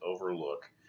overlook